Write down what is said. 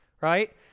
right